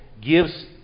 gives